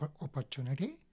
opportunity